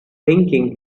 thinking